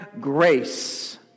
grace